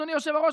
אדוני היושב-ראש,